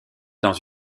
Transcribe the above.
dans